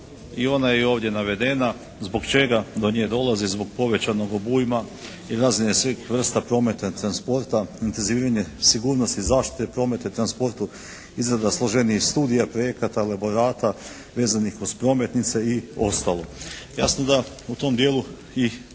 i ona je ovdje navedena. Zbog čega do nje dolazi? Zbog povećanog obujma i razine svih vrsta prometa i transporta, intenziviranje sigurnosne zaštite u prometu i transportu, izrada složenijih studija, projekata, elaborata vezanih uz prometnice i ostalo. Jasno da u tom dijelu je